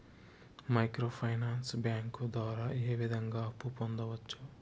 micro finance bank ద్వారా ఏ విధంగా అప్పు పొందొచ్చు